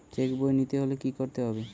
Check বই নিতে হলে কি করতে হবে?